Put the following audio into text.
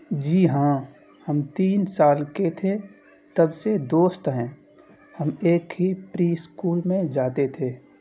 جی ہاں ہم تین سال کے تھے تب سے دوست ہیں ہم ایک ہی پری اسکول میں جاتے تھے